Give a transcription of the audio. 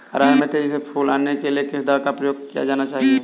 अरहर में तेजी से फूल आने के लिए किस दवा का प्रयोग किया जाना चाहिए?